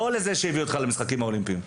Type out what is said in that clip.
לא לזה שהביא אותך למשחקים האולימפיים.